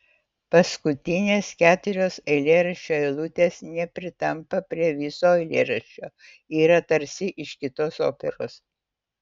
paskutinės keturios eilėraščio eilutės nepritampa prie viso eilėraščio yra tarsi iš kitos operos